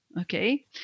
Okay